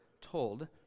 told